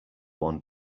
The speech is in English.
one